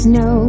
no